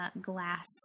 Glass